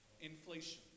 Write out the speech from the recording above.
Inflation